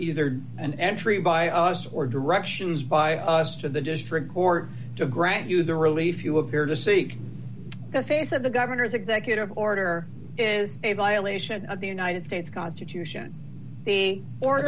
either an entry by us or directions by us to the district court to grant you the relief you appear to seek the face of the governor's executive order is a violation of the united states constitution he or